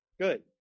Good